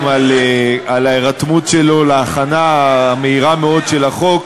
על ההירתמות שלו להכנה המהירה מאוד של החוק,